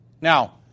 Now